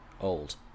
old